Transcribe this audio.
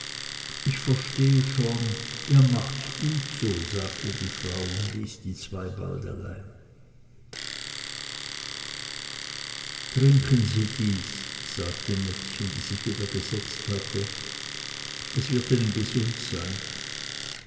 ich verstehe schon ihr macht's gut so sagte die frau und ließ die zwei bald allein trinken sie dies sagte nettchen die sich wieder gesetzt hatte es wird ihnen gesund sein